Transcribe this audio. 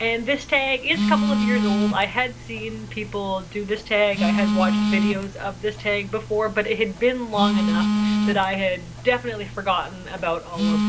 and this tag is a couple of years old. i had seen people do this tag. i had watched videos of this tag before, but it had been long enough that i had definitely forgotten about all of